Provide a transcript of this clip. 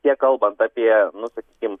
tiek kalbant apie nu sakykim